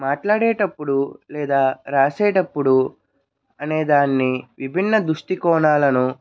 మాట్లాడేటప్పుడు లేదా వ్రాసేటప్పుడు అనేదాన్ని విభిన్న దృష్టి కోణాలను